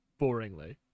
boringly